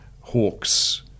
hawks